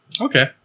Okay